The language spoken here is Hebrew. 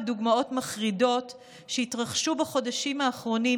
דוגמאות מחרידות שהתרחשו בחודשים האחרונים